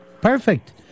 Perfect